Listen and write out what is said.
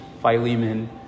Philemon